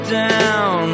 down